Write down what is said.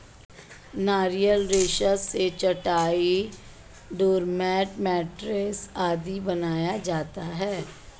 नारियल रेशा से चटाई, डोरमेट, मैटरेस आदि बनाया जाता है